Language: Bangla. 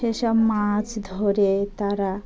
সেসব মাছ ধরে তারা